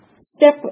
step